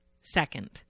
second